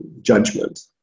judgment